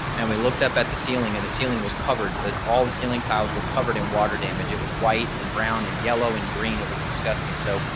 and we looked up at the ceiling, and the ceiling was covered, that all the ceiling tiles was covered in water damage, it was white and brown, and yellow, and green, it was disgusting, so,